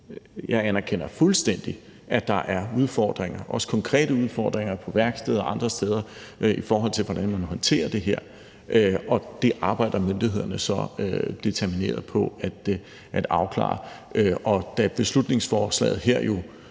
jeg anerkender fuldstændig, at der er udfordringer, også konkrete udfordringer på værksteder og andre steder i forhold til, hvordan man håndterer det her, og det arbejder myndighederne så determineret på at afklare. Og da beslutningsforslaget her jo